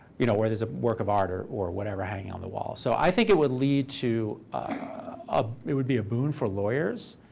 you know or there's a work of art or or whatever hanging on the wall. so i think it would lead to it would be a boon for lawyers,